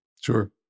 Sure